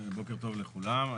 בוקר טוב לכולם.